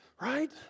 Right